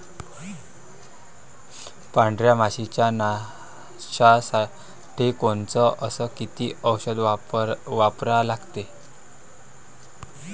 पांढऱ्या माशी च्या नाशा साठी कोनचं अस किती औषध वापरा लागते?